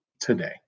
today